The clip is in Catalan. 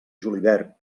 julivert